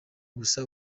gusa